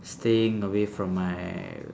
staying away from my